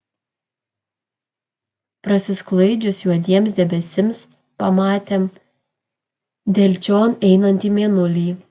prasisklaidžius juodiems debesims pamatėm delčion einantį mėnulį